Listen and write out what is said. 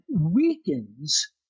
weakens